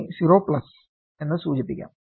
അതിനെ 0 എന്ന് സൂചിപ്പിക്കാം